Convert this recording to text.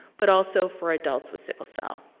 but also for adults with sickle cell.